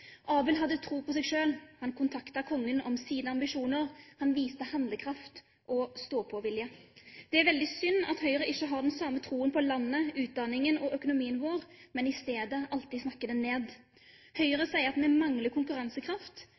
Abel hadde tro på seg selv, han kontaktet kongen om sine ambisjoner, han viste handlekraft og stå-på-vilje. Det er veldig synd at Høyre ikke har den samme troen på landet, utdanningen og økonomien vår, men i stedet alltid snakker dette ned. Høyre sier at vi mangler konkurransekraft,